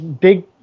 big